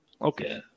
Okay